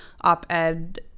op-ed